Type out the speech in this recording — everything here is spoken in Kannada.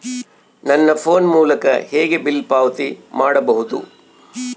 ನನ್ನ ಫೋನ್ ಮೂಲಕ ಹೇಗೆ ಬಿಲ್ ಪಾವತಿ ಮಾಡಬಹುದು?